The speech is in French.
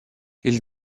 ils